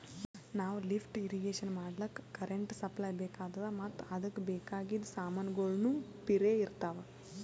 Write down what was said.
ನಾವ್ lift irrigation ಮಾಡ್ಲಕ್ಕ್ current supply ಬೆಕಾತದ್ ಮತ್ತ್ ಅದಕ್ಕ್ ಬೇಕಾಗಿದ್ ಸಮಾನ್ಗೊಳ್ನು ಪಿರೆ ಇರ್ತವ್